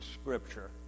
Scripture